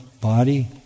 body